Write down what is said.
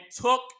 took